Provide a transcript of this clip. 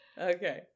Okay